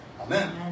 Amen